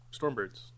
Stormbirds